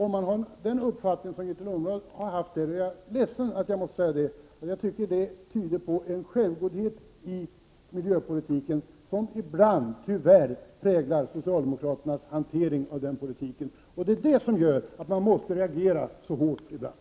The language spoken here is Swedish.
Jag är ledsen att jag måste säga det, men om man har den uppfattning som Grethe Lundblad företräder anser jag att det tyder på en självgodhet när det gäller miljöpolitiken som ibland tyvärr präglar socialdemokraternas hantering av denna. Det är därför som man måste reagera så starkt ibland.